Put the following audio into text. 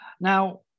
Now